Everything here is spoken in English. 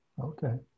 Okay